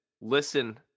listen